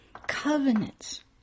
covenants